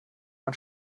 man